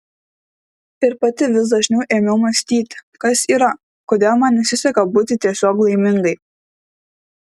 ir pati vis dažniau ėmiau mąstyti kas yra kodėl man nesiseka būti tiesiog laimingai